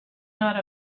not